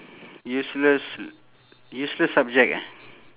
useless useless subject eh